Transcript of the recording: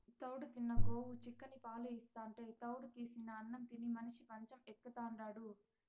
తౌడు తిన్న గోవు చిక్కని పాలు ఇస్తాంటే తౌడు తీసిన అన్నం తిని మనిషి మంచం ఎక్కుతాండాడు